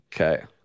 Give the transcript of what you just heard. Okay